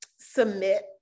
Submit